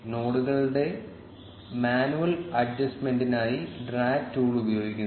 നോഡുകളുടെ മാനുവൽ അഡ്ജസ്റ്റ്മെന്റിനായി drag tool ഉപയോഗിക്കുന്നു